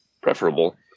preferable